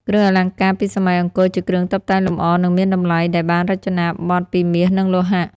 គ្រឿងអលង្ការពីសម័យអង្គរជាគ្រឿងតុបតែងលម្អនិងមានតម្លៃដែលបានរចនាបថពីមាសនិងលោហៈ។